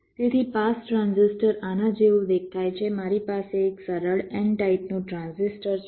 તેથી pass transistor આના જેવું દેખાય છે મારી પાસે એક સરળ n ટાઇપનું ટ્રાન્ઝિસ્ટર છે